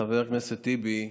חבר הכנסת טיבי,